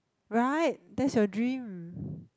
right that's your dream